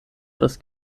das